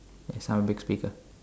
yes I'm a big speaker